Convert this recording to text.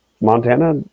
Montana